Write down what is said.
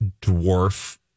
dwarf